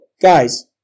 guys